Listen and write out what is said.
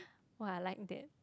!wah! I like that